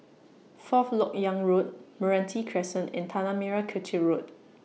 Fourth Lok Yang Road Meranti Crescent and Tanah Merah Kechil Road